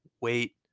Wait